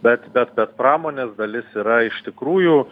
bet bet bet pramonės dalis yra iš tikrųjų